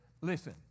listen